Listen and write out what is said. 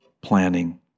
planning